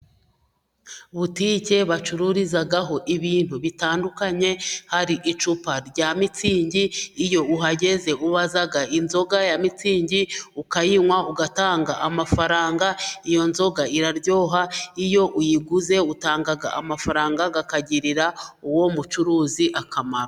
Butike bacururizaho ibintu bitandukanye hari icupa rya mitsingi. Iyo uhageze ubaza inzoga ya mitsingi ukayinywa, ugatanga amafaranga. Iyo nzoga iraryoha, iyo uyiguze utanga amafaranga akagirira uwo mucuruzi akamaro.